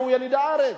הוא יליד הארץ,